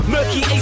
Murky